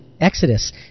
Exodus